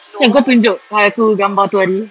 kan kau tunjuk aku gambar tu hari